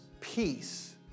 peace